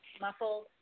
Muffled